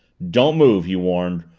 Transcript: don't move! he warned,